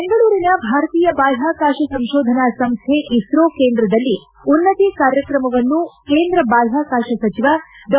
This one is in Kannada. ಬೆಂಗಳೂರಿನ ಭಾರತೀಯ ಬಾಹ್ಲಾಕಾಶ ಸಂಶೋಧನಾ ಸಂಶ್ಲೆ ಇಸ್ತೋ ಕೇಂದ್ರದಲ್ಲಿ ಉನ್ನತಿ ಕಾರ್ಯಕ್ರಮವನ್ನು ಕೇಂದ್ರ ಬಾಹ್ಲಾಕಾಶ ಸಚಿವ ಡಾ